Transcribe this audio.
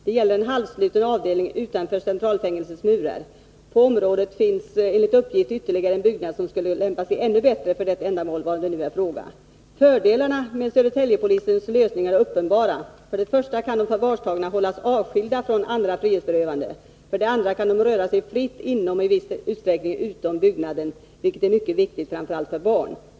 Det gäller en halvsluten avdelning utanför centralfängelsets murar. På området finns enligt uppgift ytterligare en byggnad som skulle lämpa sig ännu bättre för det ändamål varom nu är fråga. Fördelarna med Södertäljepolisens lösning är uppenbara. För det första kan de förvarstagna hållas avskilda från andra frihetsberövade. För det andra kan de röra sig fritt inom — och i viss utsträckning utom — byggnaden, vilket är mycket viktigt, framförallt för barn.